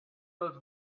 els